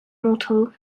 model